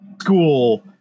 school